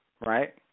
right